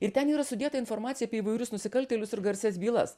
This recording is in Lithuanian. ir ten yra sudėta informacija apie įvairius nusikaltėlius ir garsias bylas